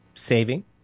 Saving